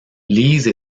lise